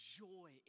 joy